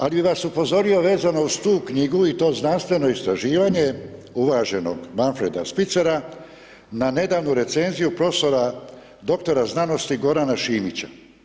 Al' bi vas upozorio vezanu uz tu knjigu i to znanstveno istraživanje uvaženog Manfreda Spitzera na nedavnu recenziju profesora, doktora znanosti Gorana Šimića.